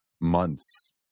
months